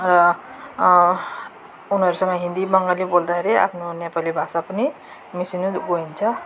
उनीहरूसँग हिन्दी बङ्गाली बोल्दाखेरि आफ्नो नेपाली भाषा पनि मिसिनु जान्छ